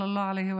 שליח האל,